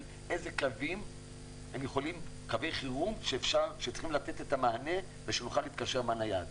איזה קווי חירום צריכים לתת מענה ונוכל להתקשר מהנייד.